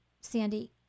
sandy